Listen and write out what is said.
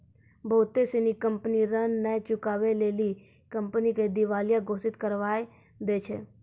बहुते सिनी कंपनी ऋण नै चुकाबै लेली कंपनी के दिबालिया घोषित करबाय दै छै